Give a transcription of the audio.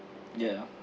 ya